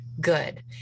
good